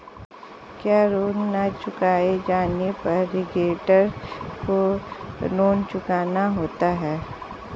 क्या ऋण न चुकाए जाने पर गरेंटर को ऋण चुकाना होता है?